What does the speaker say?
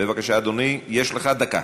בבקשה, אדוני, יש לך דקה.